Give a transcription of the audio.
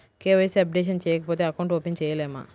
KYC updation చేయకపోతే account open చేయలేమా?